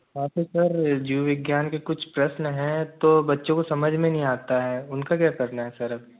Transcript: आपके सर जीव विज्ञान के कुछ प्रश्न हैं तो बच्चों के समझ में नहीं आता है उनका क्या करना है सर अब